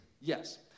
Yes